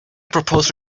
propose